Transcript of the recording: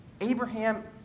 Abraham